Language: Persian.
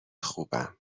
خوبم